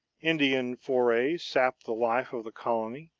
indian forays sapped the life of the colony,